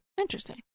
Interesting